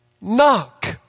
Knock